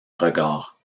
regard